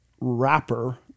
wrapper